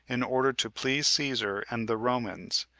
in order to please caesar and the romans,